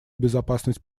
безопасность